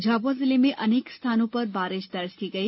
झाबुआ जिले में अनेक स्थानों पर बारिश दर्ज की गई